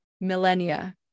millennia